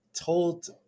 told